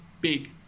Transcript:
big